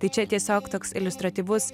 tai čia tiesiog toks iliustratyvus